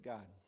God